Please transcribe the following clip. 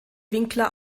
winkler